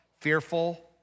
Fearful